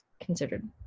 considered